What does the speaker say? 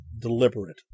deliberate